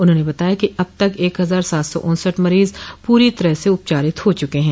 उन्होंने बताया कि अब तक एक हजार सात सौ उन्सठ मरीज पूरी तरह से उपचारित हो चुके हैं